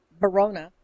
Barona